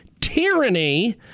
tyranny